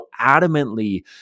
adamantly